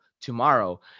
tomorrow